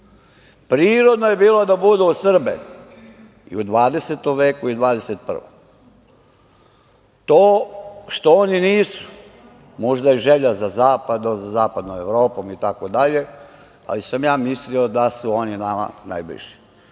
Prirodno je bilo da budu uz Srbe i u 20. veku i 21. To što oni nisu, možda i želja za zapadom, zapadnom Evropom itd, ali sam ja mislio da su oni nama najbliži. Mostovi